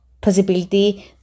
possibility